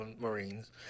Marines